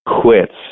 quits